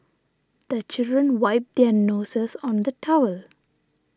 the children wipe their noses on the towel